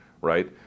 right